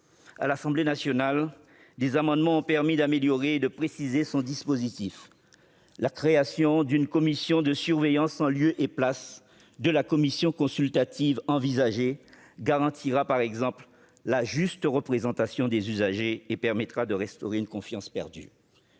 À l'Assemblée nationale, divers amendements ont permis d'améliorer et de préciser son dispositif. La création d'une commission de surveillance, en lieu et place de la commission consultative envisagée, garantira par exemple la juste représentation des usagers et permettra de restaurer une confiance perdue.